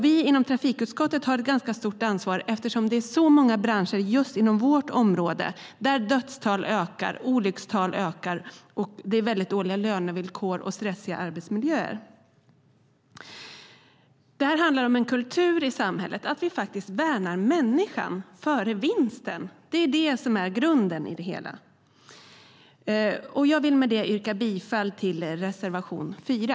Vi i trafikutskottet har ett ganska stort ansvar, eftersom det är många branscher just inom vårt område där dödstalen och olyckstalen ökar och där det är väldigt dåliga lönevillkor och stressiga arbetsmiljöer. Det handlar om en kultur i samhället: att vi faktiskt värnar människan framför vinsten. Det är det som är grunden i det hela. Jag vill med det yrka bifall till reservation 4.